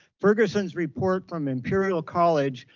ferguson's report from imperial college,